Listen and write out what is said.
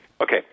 Okay